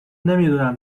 نمیدونم